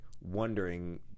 wondering